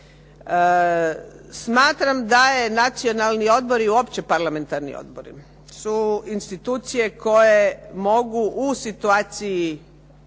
Smatram da je nacionalni odbor i uopće parlamentarni odbori su institucije koje mogu u situaciji